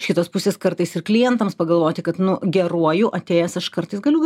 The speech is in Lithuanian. iš kitos pusės kartais ir klientams pagalvoti kad nu geruoju atėjęs aš kartais galiu